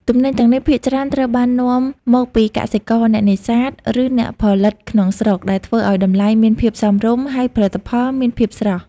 ទំនិញទាំងនេះភាគច្រើនត្រូវបាននាំមកពីកសិករ អ្នកនេសាទ ឬអ្នកផលិតក្នុងស្រុក ដែលធ្វើឱ្យតម្លៃមានភាពសមរម្យ ហើយផលិតផលមានភាពស្រស់។